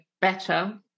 better